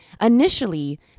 Initially